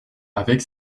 avec